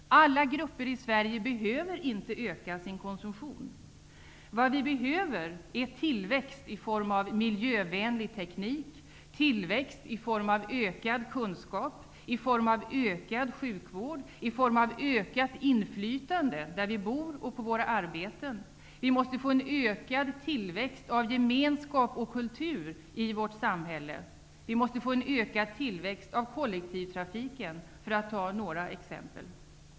Alla grupper i Sverige behöver inte öka sin konsumtion. Vad vi behöver är tillväxt i form av miljövänlig teknik, ökad kunskap, ökad sjukvård, ökat inflytande där vi bor och på våra arbeten. Vi måste få en ökad tillväxt av gemenskap och kultur i vårt samhälle. Vi måste få en ökad tillväxt av kollektivtrafiken. Detta är bara några exempel.